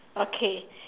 okay